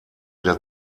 der